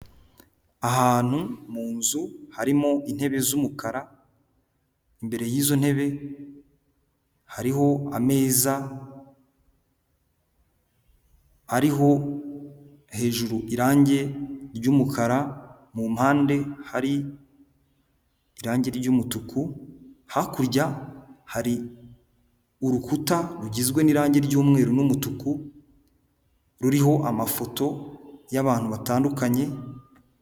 Ahantu munzu harimo intebe z'umukara imbere yizo ntebe hariho ameza, ariho hejuru irangi ry'umukara mu mpande hari irangi ry'umutuku, hakurya hari urukuta rugizwe n'irangi ry'umweru n'umutuku ruriho amafoto y'abantu batandukanye.